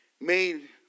made